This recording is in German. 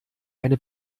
eine